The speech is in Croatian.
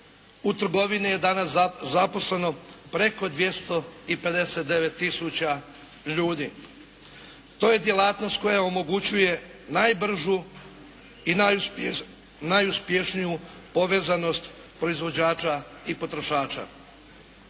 U trgovini je danas zaposleno preko 259000 ljudi. To je djelatnost koja omogućuje najbržu i najuspješniju povezanost proizvođača i potrošača.